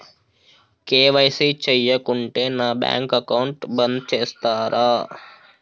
KYC చేయకుంటే నా bank account బంద్ చేస్తరా?